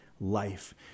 life